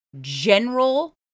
general